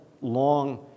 long